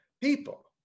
people